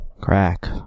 Crack